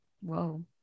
Whoa